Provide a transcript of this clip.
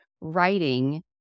writing